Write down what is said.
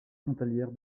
frontalière